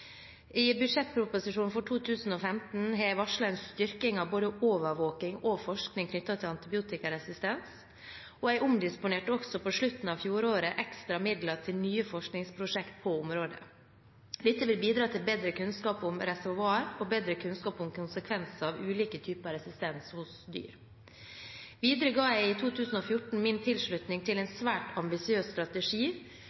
jeg varslet en styrking av både overvåking og forskning knyttet til antibiotikaresistens, og jeg omdisponerte også på slutten av fjoråret ekstra midler til nye forskningsprosjekter på området. Dette vil bidra til bedre kunnskap om reservoarer og bedre kunnskap om konsekvenser av ulike typer resistens hos dyr. Videre ga jeg i 2014 min tilslutning til en svært ambisiøs strategi